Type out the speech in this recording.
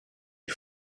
les